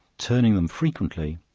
turning them frequently,